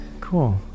Cool